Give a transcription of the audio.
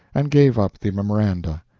and gave up the memoranda.